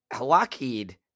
Lockheed